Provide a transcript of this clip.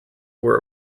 were